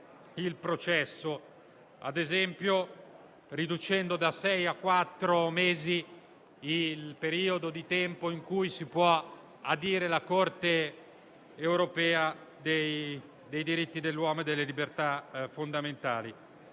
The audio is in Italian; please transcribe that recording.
il processo, riducendo - ad esempio - da sei a quattro mesi il periodo di tempo in cui si può adire la Corte europea dei diritti dell'uomo e delle libertà fondamentali.